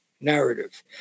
narrative